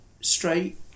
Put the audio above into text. straight